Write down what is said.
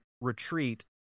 retreat